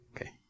okay